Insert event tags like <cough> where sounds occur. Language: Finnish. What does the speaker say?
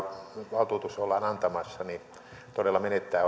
valtuutus ollaan antamassa todella menettää <unintelligible>